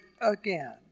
again